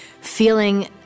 feeling